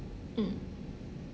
mm